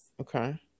Okay